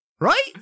Right